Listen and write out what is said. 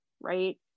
right